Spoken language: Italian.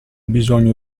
bisogno